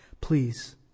please